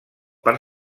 per